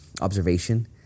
observation